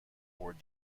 board